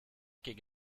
could